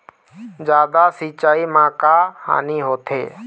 जादा सिचाई म का हानी होथे?